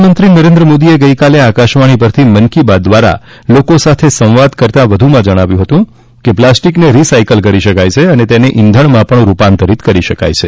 પ્રધાનમંત્રી નરેન્દ્ર મોદીએ ગઈકાલે આકાશવાણી પરથી મન કી બાત દ્વારા લોકો સાથે સંવાદ કરતાં વધુમાં જણાવ્યું હતું કે પ્લાસ્ટિકને રિસાયક્લ કરી શકાય છે અને તેને ઇંધણમાં પણ રૂપાંતરિત કરી શકાય છે